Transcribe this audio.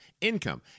income